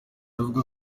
avuga